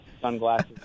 sunglasses